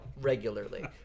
regularly